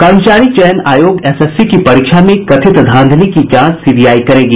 कर्मचारी चयन आयोग एसएससी की परीक्षा में कथित धांधली की जांच सीबीआई करेगी